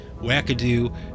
wackadoo